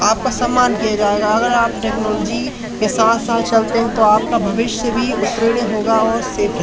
आपका सम्मान किया जाएगा अगर आप टेक्नोलॉजी के साथ साथ चलते हैं तो आपका भविष्य भी उत्तीर्ण होगा और सेफ रहे